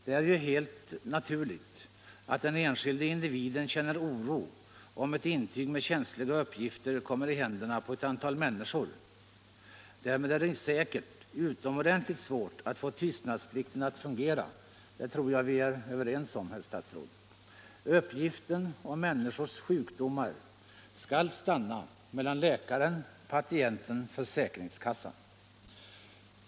Det är ju helt naturligt att den enskilda individen känner oro om ett intyg med känsliga uppgifter kommer i händerna på ett antal människor. Därmed är det säkert utomordentligt svårt att få tystnadsplikten att fungera, det tror jag vi är överens om, herr statsråd. Uppgifter om människors sjukdomar skall stanna mellan läkaren — patienten — försäkringskassan.